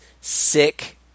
Sick